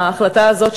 ההחלטה הזאת,